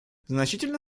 значительно